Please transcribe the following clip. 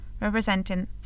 representing